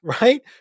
right